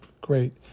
great